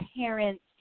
parents